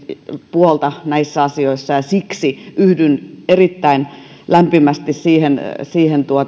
puolta näissä asioissa ja siksi yhdyn erittäin lämpimästi siihen siihen